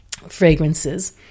fragrances